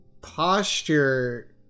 Posture